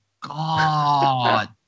God